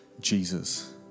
Jesus